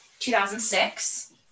2006